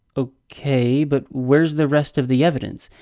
okay. but, where's the rest of the evidence?